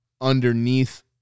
underneath